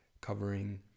covering